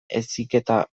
heziketa